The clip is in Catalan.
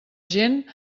gent